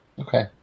Okay